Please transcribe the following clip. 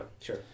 Sure